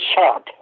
shot